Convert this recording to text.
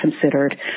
considered